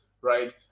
right